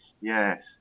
yes